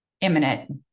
imminent